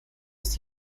ist